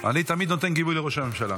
אני תמיד נותן גיבוי לראש הממשלה.